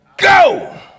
go